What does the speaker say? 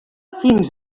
fins